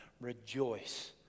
rejoice